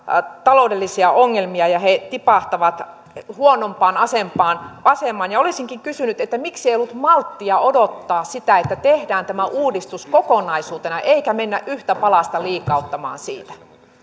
taloudellisia ongelmia ja he tipahtavat huonompaan asemaan asemaan olisinkin kysynyt miksi ei ollut malttia odottaa sitä että tehdään tämä uudistus kokonaisuutena eikä mennä yhtä palasta liikauttamaan siitä myönnän vielä